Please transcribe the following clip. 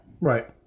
Right